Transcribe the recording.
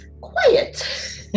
quiet